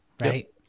right